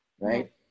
right